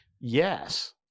yes